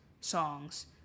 songs